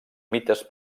mites